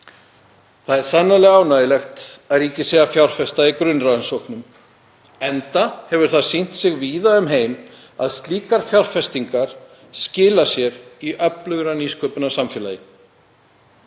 Það er sannarlega ánægjulegt að ríkið sé að fjárfesta í grunnrannsóknum enda hefur það sýnt sig víða um heim að slíkar fjárfestingar skila sér í öflugra nýsköpunarsamfélagi.